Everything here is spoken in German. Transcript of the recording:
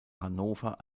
hannover